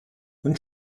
und